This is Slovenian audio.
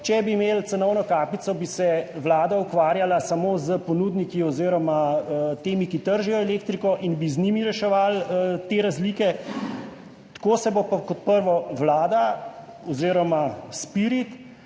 Če bi imeli cenovno kapico, bi se Vlada ukvarjala samo s ponudniki oziroma temi, ki tržijo elektriko, in bi z njimi reševali te razlike. Tako se bodo pa kot prvo Vlada oziroma SPIRIT